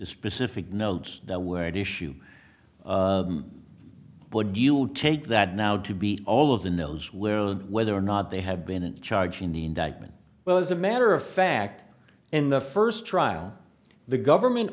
specific notes that were at issue would you will take that now to be all of the knows where and whether or not they have been charged in the indictment well as a matter of fact in the first trial the government